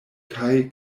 kaj